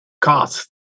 cost